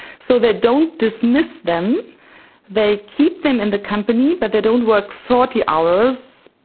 so they don't dismiss them they keep them in the company but they don't work forty hours,